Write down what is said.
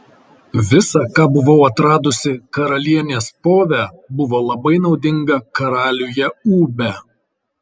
visa ką buvau atradusi karalienės pove buvo labai naudinga karaliuje ūbe